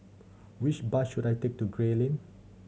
which bus should I take to Gray Lane